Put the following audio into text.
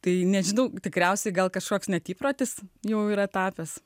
tai nežinau tikriausiai gal kažkoks net įprotis jau yra tapęs